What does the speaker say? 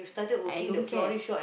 I don't care